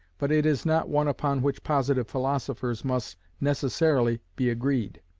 but it is not one upon which positive philosophers must necessarily be agreed.